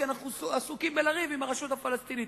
כי אנחנו עסוקים בלריב עם הרשות הפלסטינית.